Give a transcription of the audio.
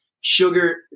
sugar